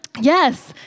Yes